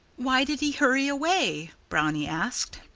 why did he hurry away? brownie asked.